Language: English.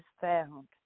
found